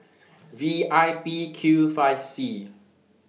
V I P Q five C